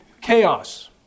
chaos